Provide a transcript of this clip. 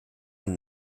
ein